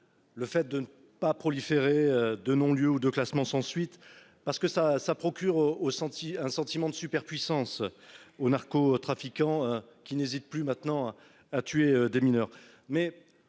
Le fait de ne pas proliférer de non lieu ou de classement sans suite, parce que ça ça procure o senti un sentiment de superpuissance. Aux narco-trafiquants qui n'hésitent plus maintenant à tuer des mineurs,